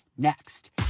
next